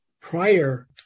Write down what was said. prior